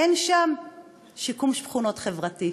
אין שם שיקום שכונות חברתי.